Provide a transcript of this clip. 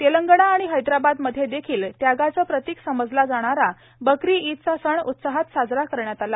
तेलंगाना आणि हैद्राबाद मध्ये देखील त्यागाचे प्रतिक समजला जाणारा बकरी ईदचा सण उत्साहात साजरी करण्यात आला